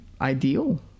ideal